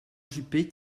juppé